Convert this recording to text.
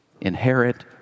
inherit